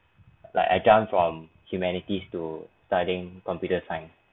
like I jump from humanities to studying computer science